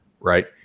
right